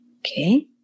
Okay